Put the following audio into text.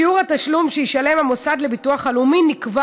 שיעור התשלום שישלם המוסד לביטוח לאומי נקבע